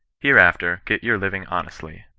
hereafter, get your living honesuy